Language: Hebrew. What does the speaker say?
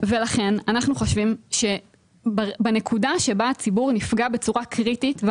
ולכן אנחנו חושבים שבנקודה שבה הציבור נפגע בצורה קריטית,